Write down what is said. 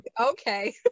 okay